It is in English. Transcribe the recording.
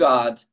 God